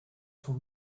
son